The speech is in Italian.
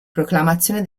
proclamazione